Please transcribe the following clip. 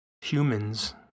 Humans